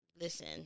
listen